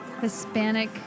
Hispanic